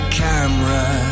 camera